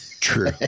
True